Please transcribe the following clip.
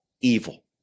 evil